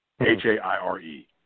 H-A-I-R-E